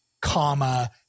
comma